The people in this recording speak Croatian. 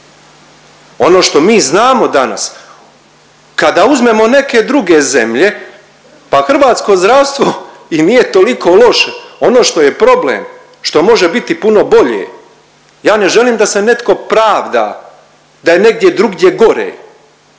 Ono što mi znamo danas kada uzmemo neke druge zemlje pa hrvatsko zdravstvo i nije toliko loše. Ono što je problem, što može biti puno bolje. Ja ne želim da se netko pravda da je negdje drugdje gore.